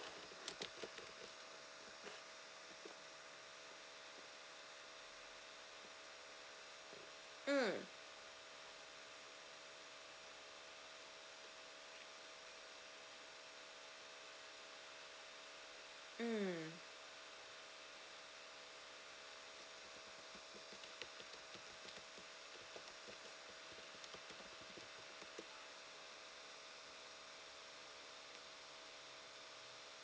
mm mm